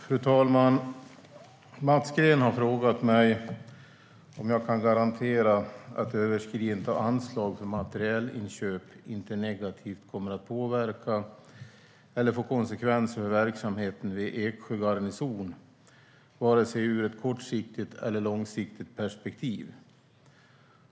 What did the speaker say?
Fru talman! Mats Green har frågat mig om jag kan garantera att överskridandet av anslag för materielinköp inte negativt kommer att påverka eller få konsekvenser för verksamheten vid Eksjö garnison vare sig ur ett kortsiktigt eller ur ett långsiktigt perspektiv.